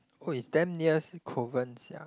oh it's damn near Kovan sia